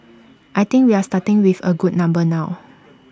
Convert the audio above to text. I think we are starting with A good number now